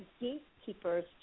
gatekeepers